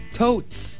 totes